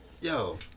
Yo